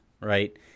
right